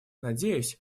надеюсь